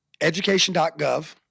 education.gov